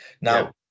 now